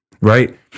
Right